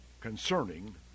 concerning